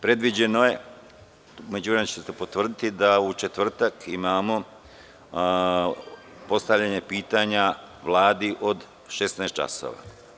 Predviđeno je, a u međuvremenu će se potvrditi, da u četvrtak imamo postavljanje pitanja Vladi od 16,00 časova.